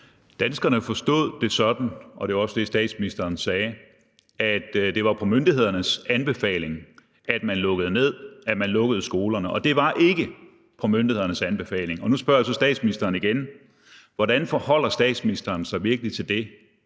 Danskerne forstod det sådan – og det er også det, statsministeren sagde – at det var på myndighedernes anbefaling at man lukkede ned, at man lukkede skolerne, og det var ikke på myndighedernes anbefaling. Nu spørger så statsministeren igen: Hvordan forholder statsministeren sig til det?